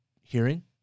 hearing